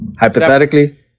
Hypothetically